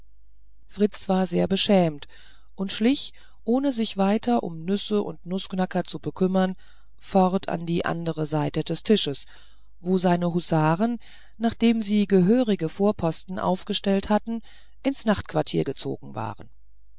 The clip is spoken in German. fritz war sehr beschämt und schlich ohne sich weiter um nüsse und nußknacker zu bekümmern fort an die andere seite des tisches wo seine husaren nachdem sie gehörige vorposten ausgestellt hatten ins nachtquartier gezogen waren